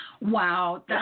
Wow